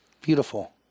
Beautiful